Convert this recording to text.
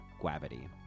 Gravity